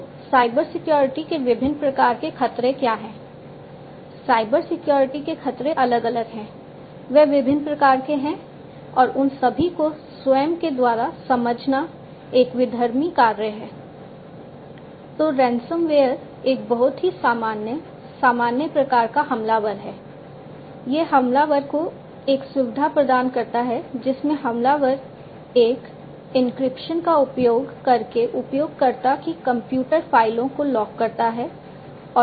तो cyber security के खतरे अलग अलग हैं वे विभिन्न प्रकार के हैं और उन सभी को स्वयं के द्वारा समझना एक विधर्मी कार्य है